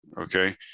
Okay